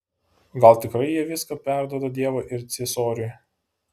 o gal tikrai jie viską perduoda dievui ir ciesoriui